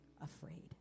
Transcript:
afraid